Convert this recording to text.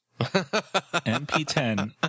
MP10